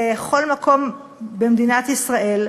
בכל מקום במדינת ישראל,